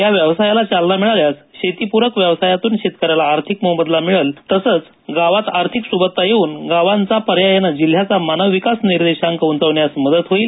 या व्यवसायाला चालना मिळाल्यास शेतीपूरक व्यवसायातून शेतकऱ्याला आर्थिक मोबदला मिळेल तसंच गावात आर्थिक सुबत्ता येऊन गावांचा पर्यायान जिल्ह्याचा मानव विकास निर्देशांक उंचावण्यास मदत होईल